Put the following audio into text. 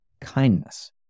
kindness